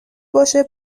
باشه